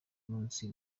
munsi